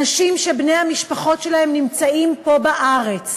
אנשים שבני המשפחות שלהם נמצאים פה בארץ,